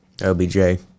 OBJ